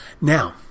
Now